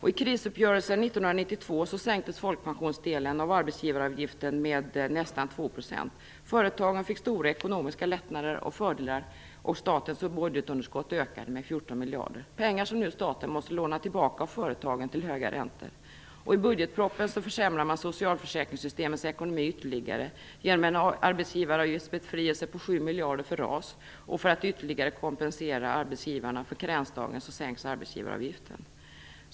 I krisuppgörelsen 1992 sänktes folkpensionsdelen av arbetsgivaravgiften med nästan 2 %. Företagen fick stora ekonomiska lättnader och fördelar medan statens budgetunderskott ökade med 14 miljarder kronor, pengar som nu staten måste låna tillbaka av företagen till höga räntor. I budgetpropositionen försämras socialförsäkringssystemens ekonomi ytterligare genom arbetsgivaravgiftsbefrielsen på 7 miljarder kronor för RAS. För att ytterligare kompensera arbetsgivarna för karensdagen sänks arbetsgivaravgiften.